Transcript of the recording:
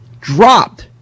dropped